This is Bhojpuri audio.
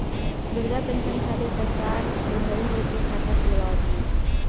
वृद्धा पेंसन खातिर सरकार बुढ़उ लोग के खाता खोलवावत बिया